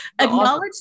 acknowledge